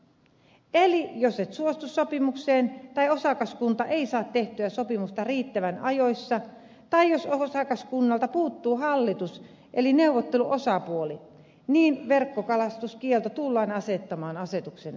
eli jos et suostu sopimukseen tai osakaskunta ei saa tehtyä sopimusta riittävän ajoissa tai jos osakaskunnalta puuttuu hallitus eli neuvotteluosapuoli niin verkkokalastuskielto tullaan asettamaan asetuksella